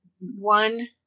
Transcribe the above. one